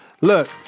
look